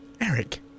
Eric